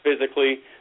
physically